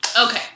Okay